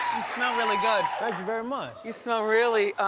smell really good. thank you very much. you smell really,